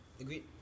agreed